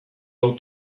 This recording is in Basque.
hau